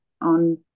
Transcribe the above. on